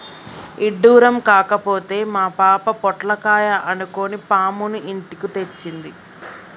ఇడ్డురం కాకపోతే మా పాప పొట్లకాయ అనుకొని పాముని ఇంటికి తెచ్చింది